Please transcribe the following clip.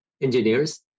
engineers